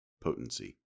potency